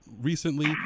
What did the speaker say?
Recently